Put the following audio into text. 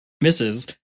misses